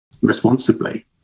responsibly